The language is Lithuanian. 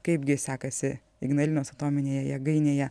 kaipgi sekasi ignalinos atominėje jėgainėje